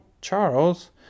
Charles